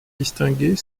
distinguer